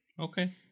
Okay